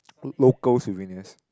local souvenirs